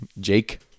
Jake